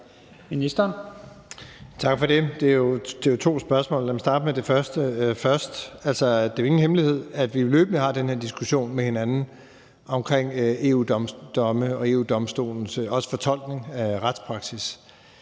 Tak for det. Det er jo to spørgsmål, og lad mig starte med det første. Det er jo ingen hemmelighed, at vi løbende har den her diskussion med hinanden omkring EU-domme og også EU-Domstolens fortolkning af retspraksis,